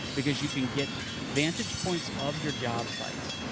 because you can get vantage points of your job sites,